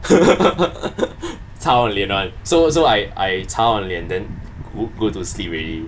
chao ah lian [one] so so I I 擦 on 脸 then go go to sleep already